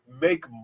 make